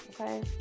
okay